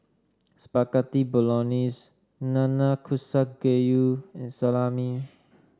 Spaghetti Bolognese Nanakusa Gayu and Salami